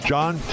John